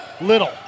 Little